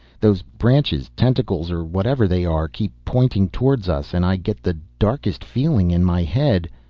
those branches, tentacles or whatever they are, keep pointing towards us and i get the darkest feeling in my head.